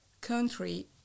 country